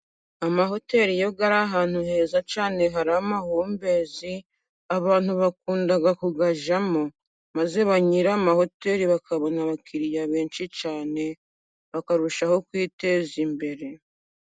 Amahoteli iyo ari ahantu heza cyane hari amahumbezi abantu bakunda kuyajyamo. Maze ba nyiri amahoteli bakabona abakiriya benshi cyane, bakarushaho kwiteza imbere.